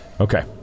Okay